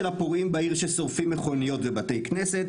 הפורעים בעיר ששורפים מכוניות ובתי-כנסת".